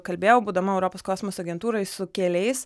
kalbėjau būdama europos kosmoso agentūroj su keliais